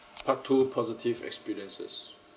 part two positive experiences